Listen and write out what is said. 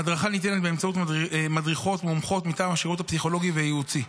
ההדרכה ניתנת באמצעות מדריכות מומחיות מטעם השירות הפסיכולוגי והייעוצי.